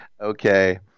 okay